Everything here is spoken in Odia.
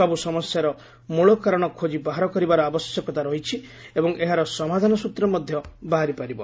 ସବୁ ସମସ୍ୟାର ମୂଳ କାରଣ ଖୋକି ବାହାର କରିବାର ଆବଶ୍ୟକତା ରହିଛି ଏବଂ ଏହାର ସମାଧାନସ୍ୱତ୍ର ମଧ୍ୟ ବାହାରି ପାରିବ